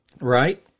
Right